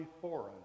foreign